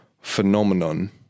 phenomenon